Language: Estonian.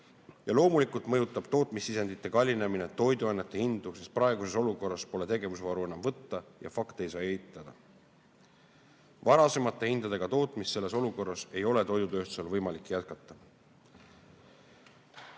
Ja loomulikult mõjutab tootmissisendite kallinemine toiduainete hindu, sest praeguses olukorras pole tegevusvaru enam võtta ja fakte ei saa eitada. Varasemate hindadega tootmist selles olukorras ei ole toidutööstusel võimalik jätkata.